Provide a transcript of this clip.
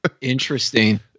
Interesting